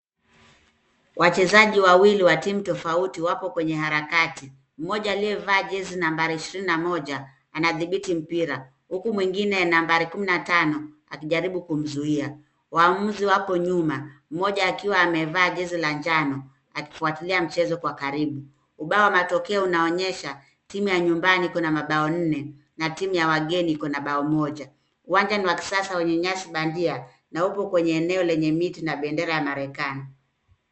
Wachezaji wawili wa timu tofauti wako kwenye harakati. Mmoja aliyevaa jezi nambari ishirini na moja anadhibiti mpira, huku mwingine nambari kumi na tano akijaribu kumzuia. Waamuzi wako nyuma, mmoja akiwa amevaa jezi la njano akifuatilia mchezo kwa karibu. Ubao wa matokeo unaonyesha timu ya nyumbani iko na mabao nne na timu ya wageni iko na bao moja. Uwanja ni wa kisasa wenye nyasi bandia na uko kwenye eneo lenye miti na bendera ya Marekani.